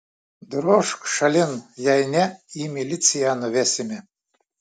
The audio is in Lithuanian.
drožk šalin jei ne į miliciją nuvesime